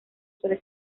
suele